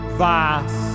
vast